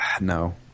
No